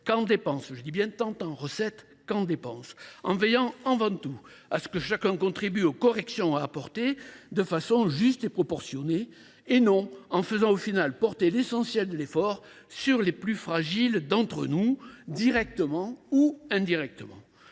plat l’ensemble du budget, tant en recettes qu’en dépenses, en veillant avant tout à ce que chacun contribue aux corrections à apporter de façon juste et proportionnée et non en faisant porter l’essentiel de l’effort sur les plus fragiles d’entre nous, directement ou indirectement.